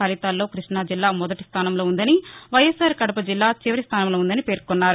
ఫలితాల్లో కృష్ణాజిల్లా మొదటి స్టానంలో ఉందని వైఎస్సార్ కడప జిల్లా చివరి స్టానంలో ఉందని పేర్కొన్నారు